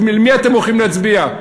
למי אתם הולכים להצביע?